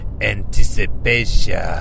anticipation